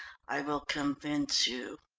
i will convince you.